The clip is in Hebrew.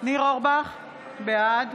ניר אורבך, בעד